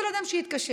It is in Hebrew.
וכל אדם שיתקשר,